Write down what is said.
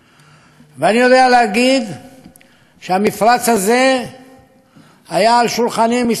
ואני יודע להגיד שהמפרץ הזה היה על שולחני כמה פעמים,